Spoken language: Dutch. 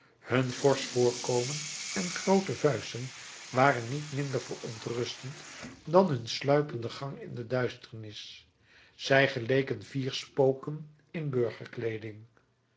hun forsch voorkomen en groote vuisten waren niet minder verontrustend dan hun sluipende gang in de duisternis zij geleken vier spoken in